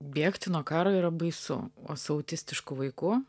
bėgti nuo karo yra baisu o su autistišku vaiku